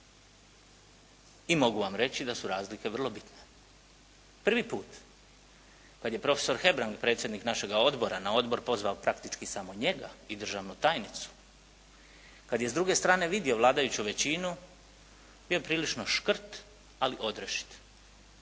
I mogu vam reći da su razlike vrlo bitne. Prvi put kad je profesor Hebrang, predsjednik našega odbora na odbor pozvao praktički samo njega i državnu tajnicu, kad je s druge strane vidio vladajuću većinu bio je prilično škrt ali odrešit.